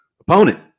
opponent